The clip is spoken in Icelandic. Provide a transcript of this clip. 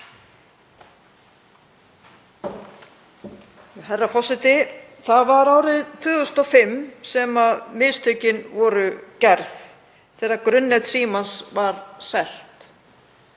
Herra forseti. Það var árið 2005 sem mistökin voru gerð þegar grunnnet Símans var selt.